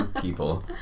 people